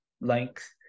length